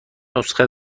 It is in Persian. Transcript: نسخه